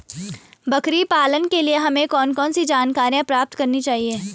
बकरी पालन के लिए हमें कौन कौन सी जानकारियां प्राप्त करनी चाहिए?